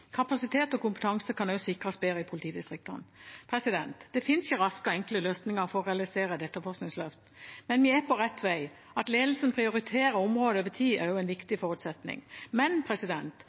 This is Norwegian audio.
Kapasitet og kompetanse kan også sikres bedre i politidistriktene. Det finnes ikke raske og enkle løsninger for å realisere et etterforskningsløft, men vi er på rett vei. At ledelsen prioriterer området over tid, er også en viktig forutsetning. Men